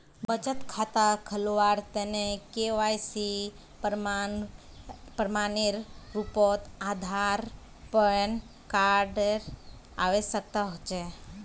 बचत खता खोलावार तने के.वाइ.सी प्रमाण एर रूपोत आधार आर पैन कार्ड एर आवश्यकता होचे